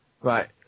Right